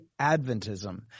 Adventism